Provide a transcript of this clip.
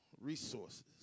resources